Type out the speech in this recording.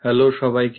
Hello সবাইকে